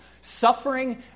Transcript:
suffering